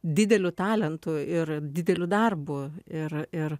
dideliu talentu ir dideliu darbu ir ir